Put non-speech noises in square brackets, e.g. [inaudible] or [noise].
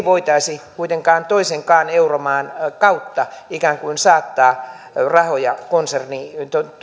[unintelligible] voitaisi kuitenkaan toisenkaan euromaan kautta ikään kuin saattaa rahoja